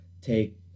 take